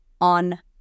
on